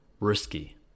risky